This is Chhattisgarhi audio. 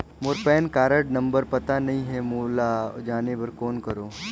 मोर पैन कारड नंबर पता नहीं है, ओला जाने बर कौन करो?